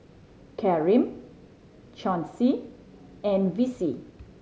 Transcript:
Karyme Chauncey and Vicie